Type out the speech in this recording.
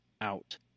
out